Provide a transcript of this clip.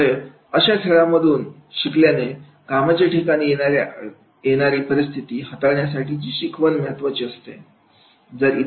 त्यामुळे अशा खेळातून शिकल्याने कामाच्या ठिकाणी येणारे येणारी परिस्थिती हाताळण्यासाठी शिकवण महत्त्वाची असेल